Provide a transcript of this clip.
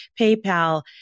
PayPal